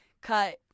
cut –